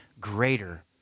greater